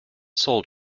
sold